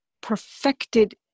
perfected